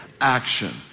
action